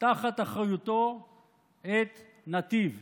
תחת אחריותו את נתיב,